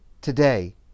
today